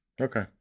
Okay